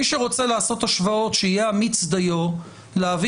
מי שרוצה לעשות השוואות שיהיה אמיץ דיו להביא